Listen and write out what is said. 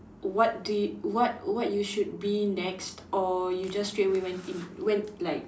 what do you what what you should be next or you just straightaway went in went like